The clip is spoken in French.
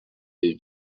est